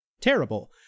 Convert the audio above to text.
terrible